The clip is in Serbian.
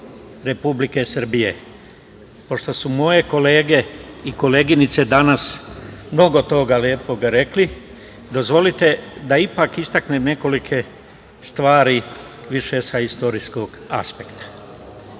Republike Srbije, pošto su moje kolege i koleginice danas mnogo toga lepoga rekli, dozvolite da ipak istaknem nekolike stvari više sa istorijskog